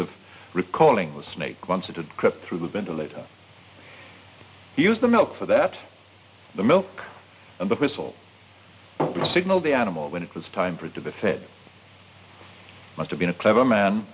of recalling the snake once it had crept through the ventilator he used the milk for that the milk and the whistle signal the animal when it was time for it to the fed must have been a clever man